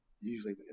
Usually